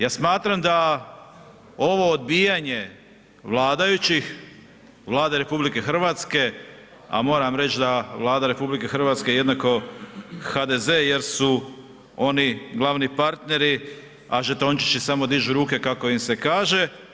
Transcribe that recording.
Ja smatram da ovo odbijanje vladajućih, Vlade RH, a moram reći da Vlada RH jednako HDZ jer su oni glavni partneri, a žetončići samo dižu ruke kako im se kaže.